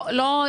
לא,